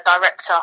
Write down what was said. director